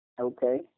okay